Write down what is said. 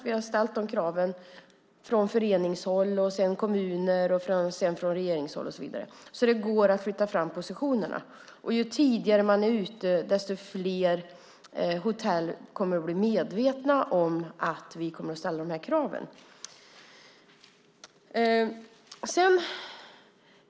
Vi har ställt de här kraven från föreningshåll, från kommunernas håll och sedan från regeringshåll och så vidare. Det går alltså att flytta fram positionerna. Och ju tidigare man är ute desto fler hotell kommer att bli medvetna om att vi kommer att ställa de här kraven.